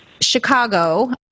Chicago